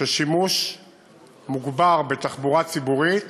ששימוש מוגבר בתחבורה ציבורית